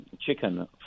chicken